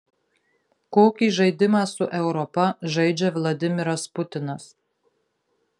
kokį žaidimą su europa žaidžia vladimiras putinas